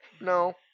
No